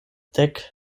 dek